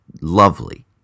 lovely